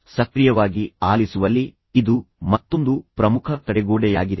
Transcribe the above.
ಆದ್ದರಿಂದ ಸಕ್ರಿಯವಾಗಿ ಆಲಿಸುವಲ್ಲಿ ಇದು ಮತ್ತೊಂದು ಪ್ರಮುಖ ತಡೆಗೋಡೆಯಾಗಿದೆ